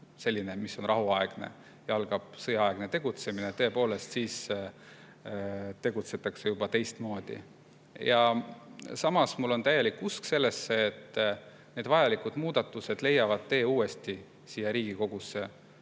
menetlus, mis on rahuaegne – ja algab sõjaaegne tegutsemine. Tõepoolest, siis tegutsetakse juba teistmoodi. Samas on mul täielik usk sellesse, et need vajalikud muudatused leiavad uuesti tee siia Riigikogusse